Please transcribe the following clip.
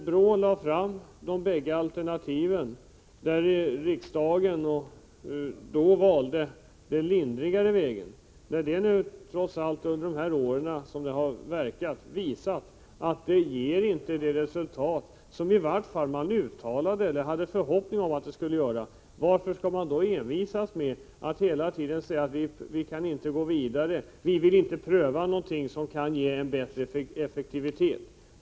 BRÅ lade fram två alternativ för riksdagen, som valde den lindrigare vägen. Men under de år som reglerna verkat har det trots allt visat sig att de inte ger det resultat som man i vart fall uttalade förhoppningar om att de skulle ge. Varför skall man då envisas och hela tiden säga: Vi kan inte gå vidare, vi vill inte pröva någonting som kan ge bättre effektivitet?